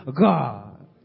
God